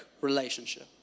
relationship